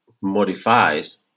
modifies